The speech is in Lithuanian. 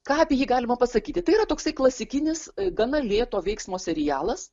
ką apie jį galima pasakyti tai yra toksai klasikinis gana lėto veiksmo serialas